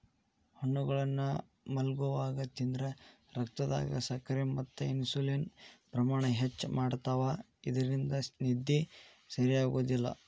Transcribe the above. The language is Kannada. ಹಣ್ಣುಗಳನ್ನ ಮಲ್ಗೊವಾಗ ತಿಂದ್ರ ರಕ್ತದಾಗ ಸಕ್ಕರೆ ಮತ್ತ ಇನ್ಸುಲಿನ್ ಪ್ರಮಾಣ ಹೆಚ್ಚ್ ಮಾಡ್ತವಾ ಇದ್ರಿಂದ ನಿದ್ದಿ ಸರಿಯಾಗೋದಿಲ್ಲ